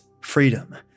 freedom